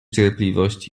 cierpliwość